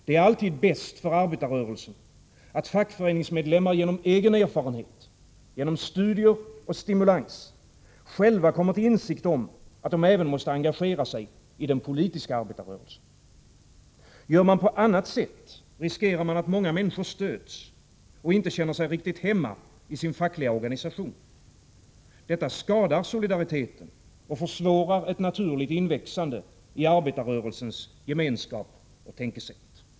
Det är alltid bäst för arbetarrörelsen att fackföreningsmedlemmar genom egen erfarenhet, genom studier och stimulans själva kommer till insikt om att de även måste engagera sig i den politiska arbetarrörelsen. Gör man på annat sätt riskerar man att många människor stöts och inte känner sig riktigt hemma i sin fackliga organisation. Detta skadar solidariteten och försvårar ett naturligt inväxande i arbetarrörelsens gemenskap och tänkesätt.